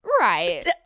Right